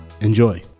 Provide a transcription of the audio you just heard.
Enjoy